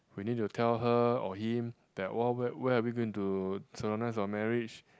we need to tell her or him that what where where are we going to solemnise our marriage